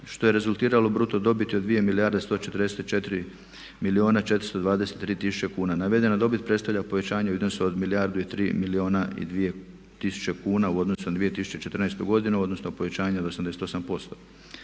što je rezultiralo bruto dobiti od 2 milijarde i 144 milijuna i 423 tisuće kuna. Navedena dobit predstavlja povećanje u iznosu od milijardu i 3 milijuna i 2 tisuće kuna u odnosu na 2014. godinu odnosno povećanje od 88%.